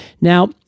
Now